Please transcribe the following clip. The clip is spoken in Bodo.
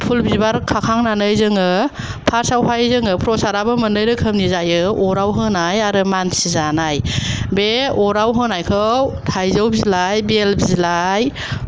फुल बिबार खाखांनानै जोङो फार्स्टआवहाय जोङो प्रसादाबो मोननै रोखोमनि जायो अराव होनाय आरो मानसि जानाय बे अराव होनायखौ थाइजौ बिलाइ बेल बिलाइ